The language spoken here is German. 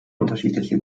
unterschiedliche